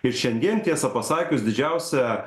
ir šiandien tiesą pasakius didžiausią